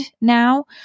now